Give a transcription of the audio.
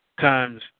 times